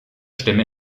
stimme